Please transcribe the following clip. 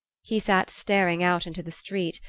he sat staring out into the street,